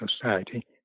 society